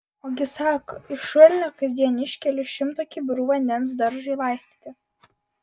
ogi sako iš šulinio kasdien iškeliu šimtą kibirų vandens daržui laistyti